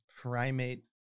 primate